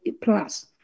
plus